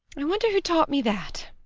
i wonder who taught me that?